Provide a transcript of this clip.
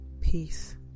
peace